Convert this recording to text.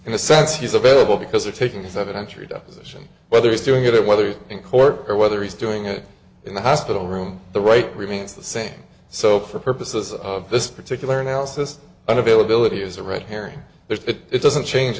a sense he's available because you're taking seven entry deposition whether he's doing it whether in court or whether he's doing it in the hospital room the right remains the same so for purposes of this particular analysis and availability is a red herring there it doesn't change